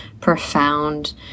profound